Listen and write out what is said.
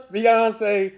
Beyonce